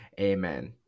Amen